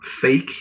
fake